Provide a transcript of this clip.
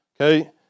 Okay